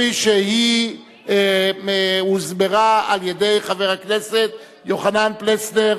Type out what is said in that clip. כפי שהיא הוסברה על-ידי חבר הכנסת יוחנן פלסנר.